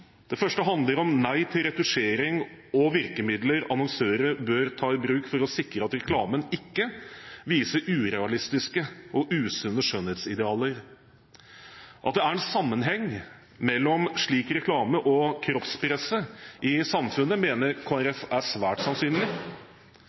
Det første handler om nei til at annonsører tar i bruk retusjering og virkemidler for å sikre at reklamen ikke viser urealistiske og usunne skjønnhetsidealer. At det er en sammenheng mellom slik reklame og kroppspresset i samfunnet, mener